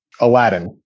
Aladdin